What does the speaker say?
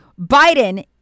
biden